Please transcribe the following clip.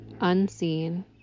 unseen